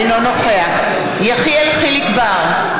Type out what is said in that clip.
אינו נוכח יחיאל חיליק בר,